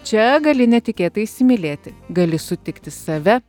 čia gali netikėtai įsimylėti gali sutikti save